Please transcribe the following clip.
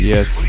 Yes